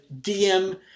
DM